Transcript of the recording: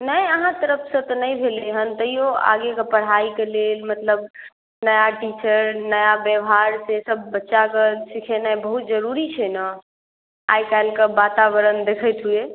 नहि अहाँके तरफसँ तऽ नहि भेलै हेँ तैयो आगेके पढ़ाइके लेल मतलब नया टीचर नया व्यवहार सेसभ बच्चाकेँ सिखेनाइ बहुत जरूरी छै ने आइ काल्हिके वातावरण देखैत हुए